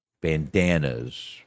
bandanas